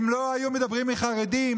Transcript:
אם לא היו מדברים על חרדים,